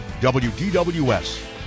WDWS